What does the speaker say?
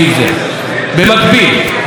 במקביל להליך החקיקה,